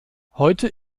heute